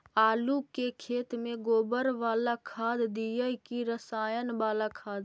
आलू के खेत में गोबर बाला खाद दियै की रसायन बाला खाद?